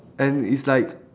and it's like